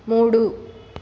మూడు